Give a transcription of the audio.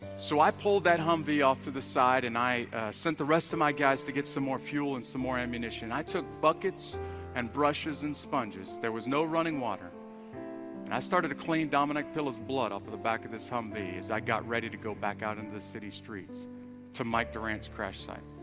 so i pulled that humvee off to the side and i sent the rest of my guys to get some more fuel and some more ammunition i took buckets and brushes and sponges there, was no running water i started to clean dominick pilla's blood, off the back of this humvee as i got ready to go, back out into the city streets mike durant's crash site